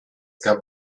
gab